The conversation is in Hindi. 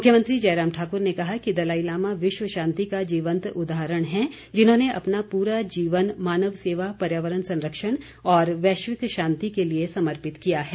मुख्यमंत्री जयराम ठाकुर ने कहा कि दलाई लामा विश्व शांति का जीवन्त उदाहरण है जिन्होंने अपना पूरा जीवन मानव सेवा पर्यावरण संरक्षण और वैश्विक शांति के लिए समर्पित किया है